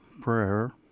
prayer